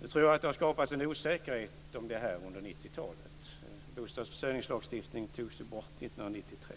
Jag tror att det har skapat en osäkerhet om det här under 90-talet. Bostadsförsörjningslagstiftningen togs ju bort 1993.